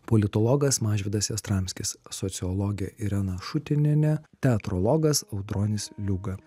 politologas mažvydas jastramskis sociologė irena šutinienė teatrologas audronis liuga